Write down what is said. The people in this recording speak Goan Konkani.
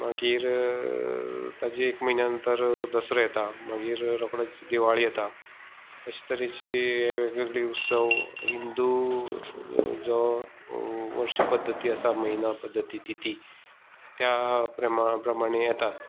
मागीर ताजी एक म्हयन्या नंतर दसरो येता मागीर रोकडोच दिवाळी येता अशी तरेचे हे वेगळेवेगळे उत्सव हिंदू जो वर्शपद्दती आसा महिना पद्दती तिथी त्या प्रमाणे येतात